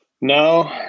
No